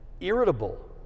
irritable